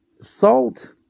salt